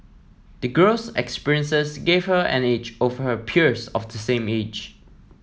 the girl's experiences gave her an edge over her peers of the same age